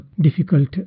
difficult